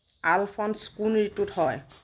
Alphonse কোন ঋতুত হয়